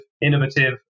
innovative